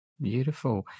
Beautiful